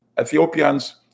Ethiopians